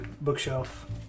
bookshelf